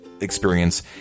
experience